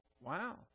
Wow